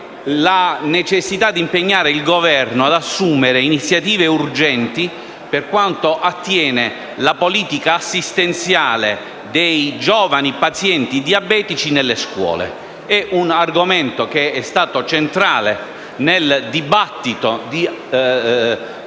necessità di impegnare il Governo ad assumere iniziative urgenti per quanto attiene la politica assistenziale dei giovani pazienti diabetici nelle scuole. È un argomento che ha rivestito un ruolo centrale nel dibattito su